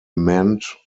manned